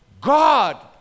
God